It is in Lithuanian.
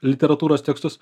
literatūros tekstus